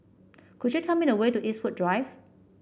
could you tell me the way to Eastwood Drive